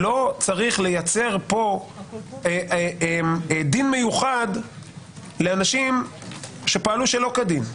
לא צריך לייצר פה דין מיוחד לאנשים שפעלו שלא כדין.